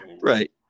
Right